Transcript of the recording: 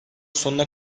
sonuna